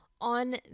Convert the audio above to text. on